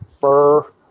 fur